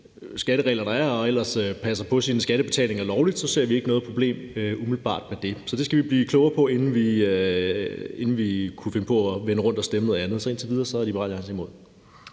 skatteregler, der er, og ellers lovligt passer sine skattebetalinger, så ser vi umiddelbart ikke noget problem med det. Det skal vi blive klogere på, inden vi kunne finde på at vende rundt og stemme noget andet. Så indtil videre er Liberal Alliance imod.